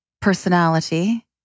personality